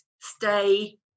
stay